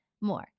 more